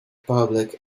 public